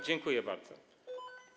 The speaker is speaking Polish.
Dziękuję bardzo.